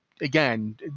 again